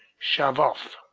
shove off!